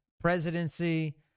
presidency